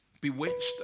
bewitched